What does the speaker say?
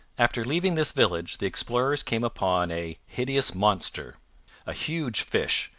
after leaving this village the explorers came upon a hideous monster a huge fish,